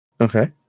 Okay